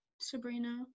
Sabrina